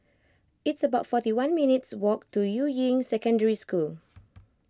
it's about forty one minutes walk to Yuying Secondary School